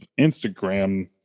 Instagram